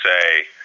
say